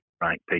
right